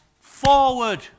forward